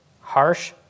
harsh